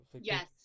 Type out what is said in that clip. Yes